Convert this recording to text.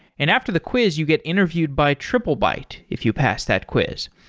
and after the quiz you get interviewed by triplebyte if you pass that quiz.